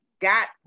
got